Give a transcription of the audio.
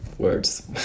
words